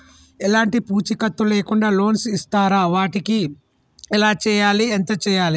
ఎలాంటి పూచీకత్తు లేకుండా లోన్స్ ఇస్తారా వాటికి ఎలా చేయాలి ఎంత చేయాలి?